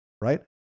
right